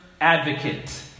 advocate